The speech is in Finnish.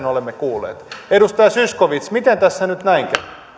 olemme kuulleet edustaja zyskowicz miten tässä nyt näin